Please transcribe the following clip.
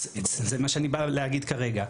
אז זה מה שאני בא להגיד כרגע.